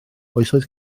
oesoedd